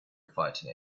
fighting